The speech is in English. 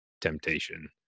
temptation